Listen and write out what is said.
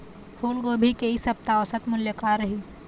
फूलगोभी के इ सप्ता औसत मूल्य का रही?